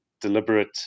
deliberate